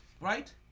right